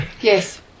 Yes